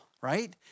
right